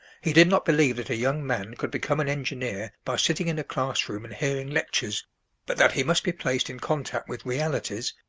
he did not believe that a young man could become an engineer by sitting in a class-room and hearing lectures but that he must be placed in contact with realities,